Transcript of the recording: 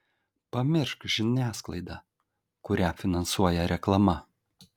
pamiršk žiniasklaidą kurią finansuoja reklama